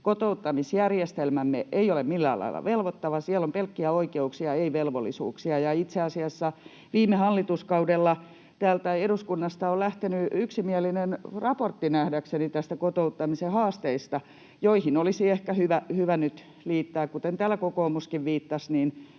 kotouttamisjärjestelmämme ei ole millään lailla velvoittava, siellä on pelkkiä oikeuksia, ei velvollisuuksia, ja itse asiassa viime hallituskaudella täältä eduskunnasta on lähtenyt yksimielinen raportti nähdäkseni näistä kotouttamisen haasteista, joihin olisi ehkä hyvä nyt liittää... Kuten täällä kokoomuskin viittasi,